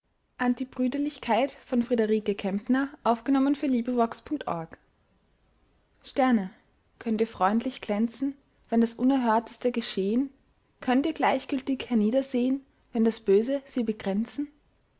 sterne könnt ihr freundlich glänzen wenn das unerhörteste geschehen könnt ihr gleichgültig herniedersehen wenn das böse sie bekränzen